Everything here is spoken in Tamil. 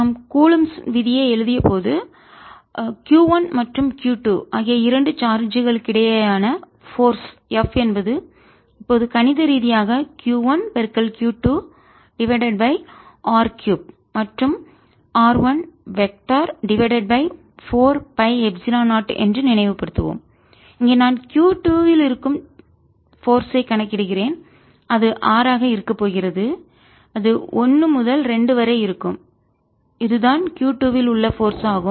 நாம் கூலொம்ப்ஸ் விதி ஐ எழுதியபோது Q 1 மற்றும் Q 2 ஆகிய இரண்டு சார்ஜ் களுக்கிடையே யான போர்ஸ் F என்பது இப்போது கணித ரீதியாக Q 1 Q 2 divided by r 3 மற்றும் r 1 vector divided by 4 pi epsilon 0 என்று நினைவு படுத்துவோம் இங்கே நான் Q 2 இல் இருக்கும் போர்ஸ் ஐ கணக்கிடுகிறேன் அது r ஆக இருக்கப் போகிறது அது 1 முதல் 2 வரை இருக்கும் இதுதான் Q 2 இல் உள்ள போர்ஸ் ஆகும்